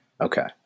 okay